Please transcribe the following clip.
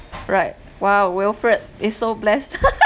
right !wow! wilfred is so blessed